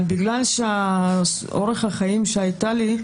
אבל בגלל שאורך החיים שהיה לי,